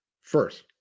first